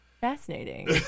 Fascinating